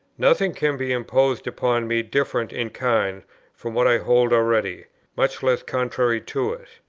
nothing can be imposed upon me different in kind from what i hold already much less contrary to it.